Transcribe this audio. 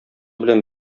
белән